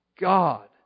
God